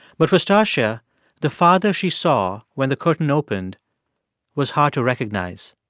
but for stacya, the father she saw when the curtain opened was hard to recognize.